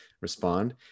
respond